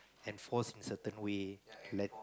enforce in certain way let